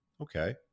Okay